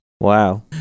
Wow